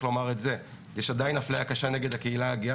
לומר גם את זה: יש עדיין אפליה קשה נגד הקהילה הגאה,